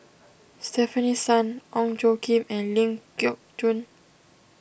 Stefanie Sun Ong Tjoe Kim and Ling Geok Choon